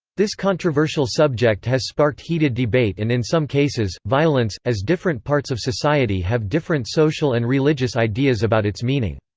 this controversial subject has sparked heated debate and in some cases, violence, as different parts of society have different social and religious ideas about its meaning.